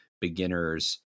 beginner's